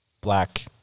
black